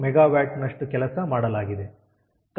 3MWನಷ್ಟು ಕೆಲಸ ಮಾಡಲಾಗಿದೆ